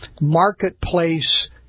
marketplace